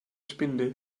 spinde